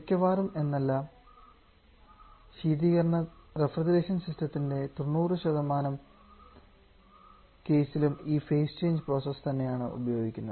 മിക്കവാറും എന്നല്ല റഫ്രിജറേഷൻ സിസ്റ്റത്തിൻറെ 90 കേസിലും ഈ ഫേസ് ചേഞ്ച് പ്രോസസ് തന്നെയാണ് ഉപയോഗിക്കുന്നത്